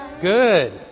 Good